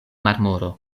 marmoro